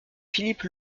philippe